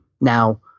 Now